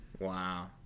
Wow